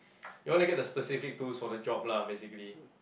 you want to get the specific tools for the job lah basically